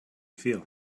feel